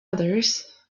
others